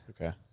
okay